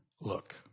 look